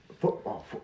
Football